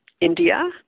India